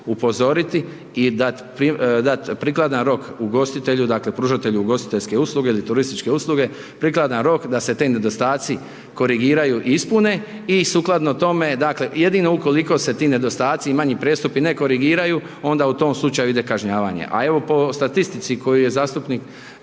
upozoriti i dat prikladan rok ugostitelju, dakle, pružatelju ugostiteljske usluge ili turističke usluge, prikladan rok da se ti nedostaci korigiraju i ispune i sukladno tome, dakle, jedino ukoliko se ti nedostaci i manji prijestupi ne korigiraju, onda u tom slučaju ide kažnjavanje, a evo po statistici koju je zastupnik